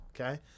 okay